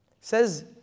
says